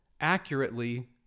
accurately